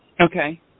Okay